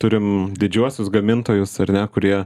turim didžiuosius gamintojus ar ne kurie